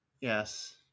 yes